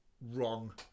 wrong